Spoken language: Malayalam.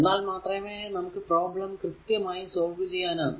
എന്നാൽ മാത്രമേ നമുക്ക് പ്രോബ്ലം കൃത്യമായി സോൾവ് ചെയ്യാനാകൂ